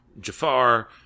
Jafar